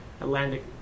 Atlantic